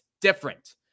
different